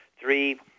three